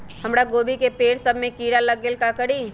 हमरा गोभी के पेड़ सब में किरा लग गेल का करी?